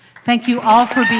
thank you all for being